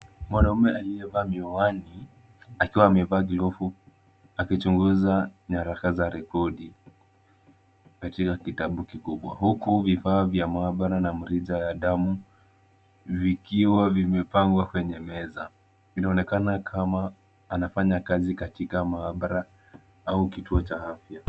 Mwanaume aliyevaa miwani akiwa amevaa glovu akichunguza nyaraka za rekodi katika kitabu kikubwa huku vifaa vya maabara na mrija ya damu vikiwa vimepangwa kwenye meza. Inaonekana kama anafanya kazi katika maabara au kituo cha afya.